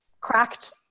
cracked